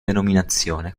denominazione